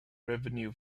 revenue